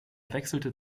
wechselte